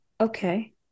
Okay